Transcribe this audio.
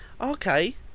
Okay